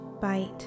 bite